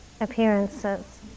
appearances